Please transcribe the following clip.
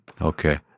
Okay